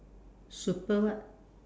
super what